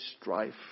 strife